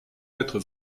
être